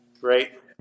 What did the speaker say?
right